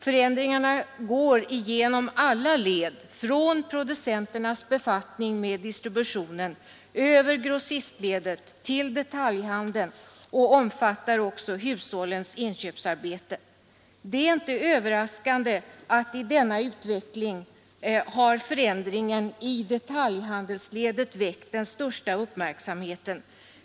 Förändringen pågår genom alla led från producenternas befattning med distributionen över grossistledet till detaljhandeln och omfattar också hushållens inköpsarbete. Det är inte överraskande att i denna utveckling förändringarna i detaljhandelsledet har väckt den största uppmärksamheten.